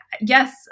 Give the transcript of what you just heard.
yes